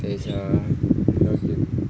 等一下啊 login